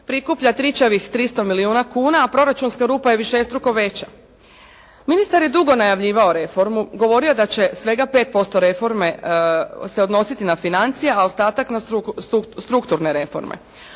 prikuplja tričavih 300 milijuna kuna a proračunska rupa je višestruko viša. Ministar je dugo najavljivao reformu, govorio da će svega 5% reforme se odnositi na financije a ostatak na strukturne reforme.